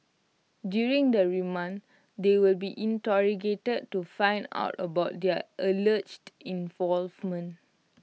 during the remand they will be interrogated to find out about their alleged involvement